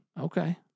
Okay